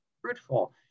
fruitful